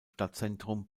stadtzentrum